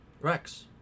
Rex